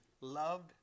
loved